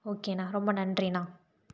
okay அண்ணா ரொம்ப நன்றி அண்ணா